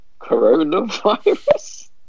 Coronavirus